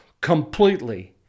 completely